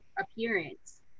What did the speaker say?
appearance